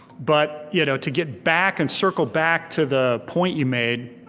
but you know to get back and circle back to the point you made,